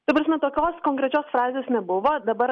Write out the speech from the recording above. ta prasme tokios konkrečios frazės nebuvo dabar